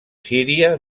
síria